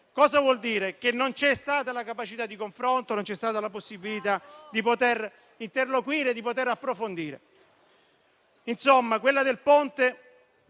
dire? Vuol dire che non c'è stata la capacità di confronto, non c'è stata la possibilità di poter interloquire e approfondire. Insomma quella del Ponte,